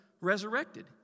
resurrected